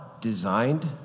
designed